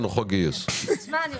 הנושא